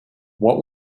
what